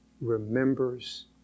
remembers